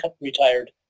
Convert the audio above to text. retired